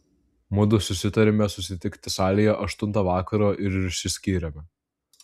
mudu susitarėme susitikti salėje aštuntą vakaro ir išsiskyrėme